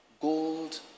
gold